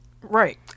Right